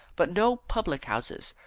but no public-houses.